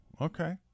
okay